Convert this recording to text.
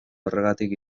horregatik